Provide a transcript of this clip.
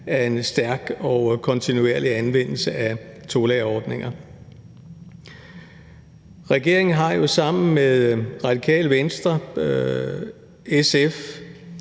af en stærk og kontinuerlig anvendelse af tolærerordninger. Regeringen har jo sammen med Radikale Venstre, SF,